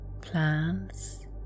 plans